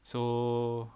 so